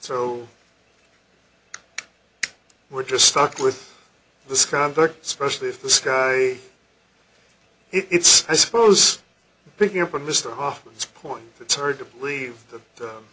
so we're just stuck with this conflict specially if the sky it's i suppose picking up on mr hoffman's point it's hard to believe that